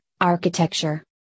Architecture